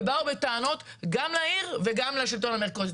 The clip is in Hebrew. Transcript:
ובאו בטענות גם לעיר וגם לשלטון המרכזי.